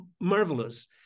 marvelous